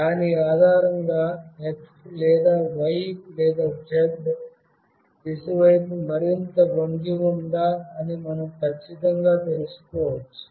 దాని ఆధారంగా x లేదా y లేదా z దిశ వైపు మరింత వంగి ఉందా అని మనం ఖచ్చితంగా తెలుసుకోవచ్చు